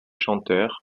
chanteur